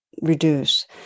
reduce